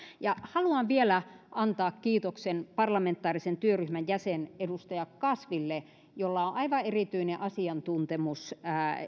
haluan vielä antaa kiitoksen parlamentaarisen työryhmän jäsenelle edustaja kasville jolla on on aivan erityinen asiantuntemus